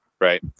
right